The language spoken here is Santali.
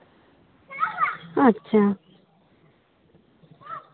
ᱟᱪᱪᱷᱟ